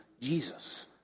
Jesus